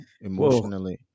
emotionally